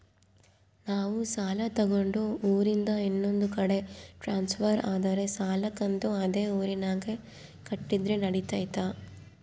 ನಾವು ಸಾಲ ತಗೊಂಡು ಊರಿಂದ ಇನ್ನೊಂದು ಕಡೆ ಟ್ರಾನ್ಸ್ಫರ್ ಆದರೆ ಸಾಲ ಕಂತು ಅದೇ ಊರಿನಾಗ ಕಟ್ಟಿದ್ರ ನಡಿತೈತಿ?